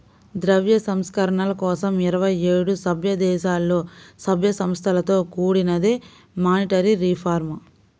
ద్రవ్య సంస్కరణల కోసం ఇరవై ఏడు సభ్యదేశాలలో, సభ్య సంస్థలతో కూడినదే మానిటరీ రిఫార్మ్